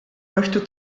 möchte